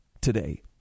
today